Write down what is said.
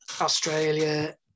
Australia